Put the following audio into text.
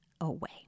away